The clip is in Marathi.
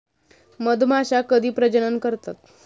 मधमाश्या कधी प्रजनन करतात?